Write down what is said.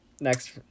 Next